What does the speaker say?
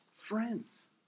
friends